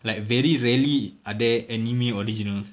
like very rarely are there anime originals